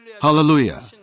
Hallelujah